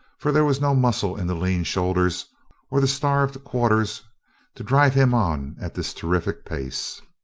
for there was no muscle in the lean shoulders or the starved quarters to drive him on at this terrific pace.